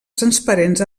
transparents